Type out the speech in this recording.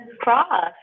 cross